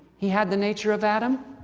he had the nature of adam,